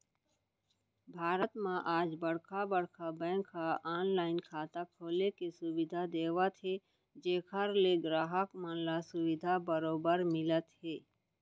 भारत म आज बड़का बड़का बेंक ह ऑनलाइन खाता खोले के सुबिधा देवत हे जेखर ले गराहक मन ल सुबिधा बरोबर मिलत हे